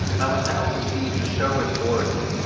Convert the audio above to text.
i must now proceed to show its origin,